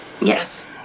Yes